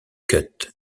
cut